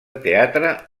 teatre